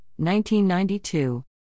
1992